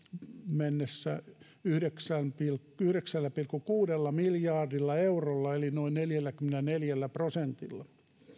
mennessä yhdeksällä pilkku yhdeksällä pilkku kuudella miljardilla eurolla eli noin neljälläkymmenelläneljällä prosentilla